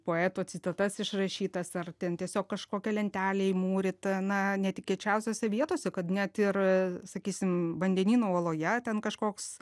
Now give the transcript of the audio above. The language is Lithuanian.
poeto citatas išrašytas ar ten tiesiog kažkokia lentelė įmūryta na netikėčiausiose vietose kad net ir sakysim vandenynų uoloje ten kažkoks